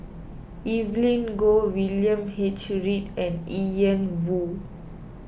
Evelyn Goh William H Read and Ian Woo